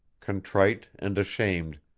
contrite and ashamed,